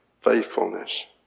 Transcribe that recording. faithfulness